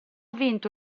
vinto